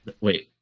Wait